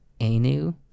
Anu